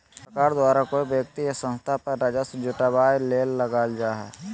सरकार द्वारा कोय व्यक्ति या संस्था पर राजस्व जुटावय ले लगाल जा हइ